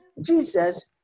Jesus